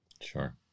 Sure